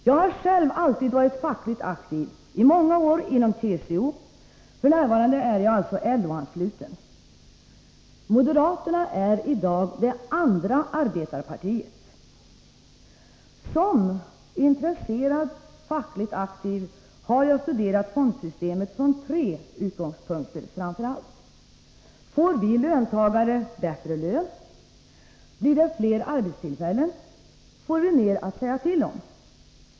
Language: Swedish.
Jag har själv alltid varit fackligt aktiv, i många år inom TCO, och f. n. är jag alltså LO-ansluten. Moderaterna är i dag ”det andra arbetarpartiet”. Som intresserad fackligt aktiv har jag studerat fondsystemet från framför allt tre utgångspunkter: Får vi löntagare bättre lön? Blir det fler arbetstillfällen? Får vi mer att säga till om?